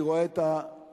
אני רואה את הלוחמים,